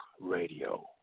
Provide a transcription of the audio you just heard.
Radio